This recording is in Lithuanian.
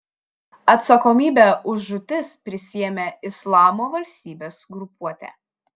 atsakomybę už žūtis prisiėmė islamo valstybės grupuotė